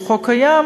שהוא חוק קיים,